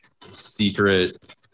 secret